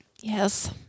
Yes